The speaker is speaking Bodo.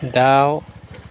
दाउ